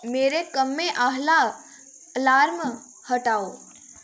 मेरा कम्मै आह्ला अलार्म हटाओ